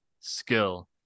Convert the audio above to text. skill